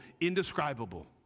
indescribable